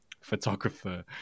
photographer